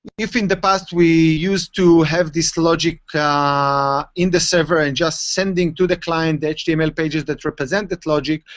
if in the past we used to have this logic ah ah in the server, and just sending to the client html pages that represent this logic,